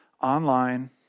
online